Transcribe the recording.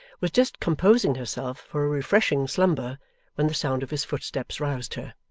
was just composing herself for a refreshing slumber when the sound of his footsteps roused her.